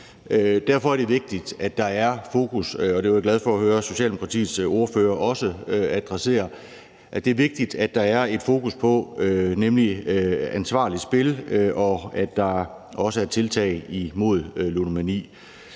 Derfor er det vigtigt, at der er et fokus på ansvarligt spil – og det var